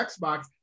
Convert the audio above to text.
Xbox